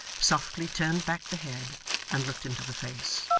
softly turned back the head and looked into the face.